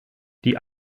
die